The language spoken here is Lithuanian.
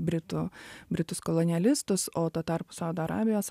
britų britus kolonelistus o tuo tarpu saudo arabijos